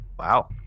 Wow